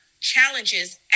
challenges